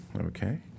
Okay